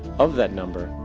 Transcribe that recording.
of that number,